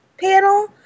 panel